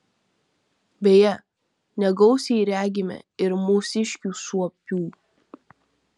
beje negausiai regime ir mūsiškių suopių